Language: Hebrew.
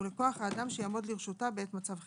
ולכוח האדם שיעמוד לרשותה במצב חירום.